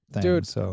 Dude